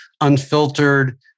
unfiltered